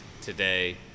today